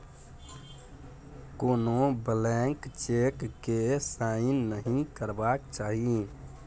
कोनो blank cheque केँ sign नहि करबाक चाही